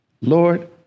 Lord